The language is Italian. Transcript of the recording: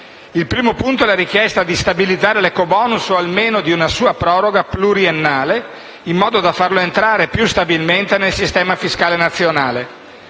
Il primo punto è la richiesta di stabilizzare l'ecobonus, o almeno di provvedere a una sua proroga pluriennale, in modo da farlo entrare più stabilmente nel sistema fiscale nazionale.